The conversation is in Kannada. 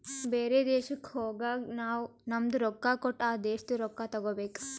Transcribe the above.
ಬೇರೆ ದೇಶಕ್ ಹೋಗಗ್ ನಾವ್ ನಮ್ದು ರೊಕ್ಕಾ ಕೊಟ್ಟು ಆ ದೇಶಾದು ರೊಕ್ಕಾ ತಗೋಬೇಕ್